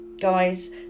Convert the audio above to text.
guys